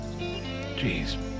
Jeez